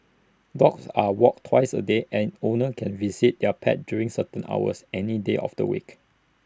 dogs are walked twice A day and owners can visit their pets during certain hours any day of the week